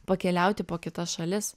pakeliauti po kitas šalis